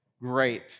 Great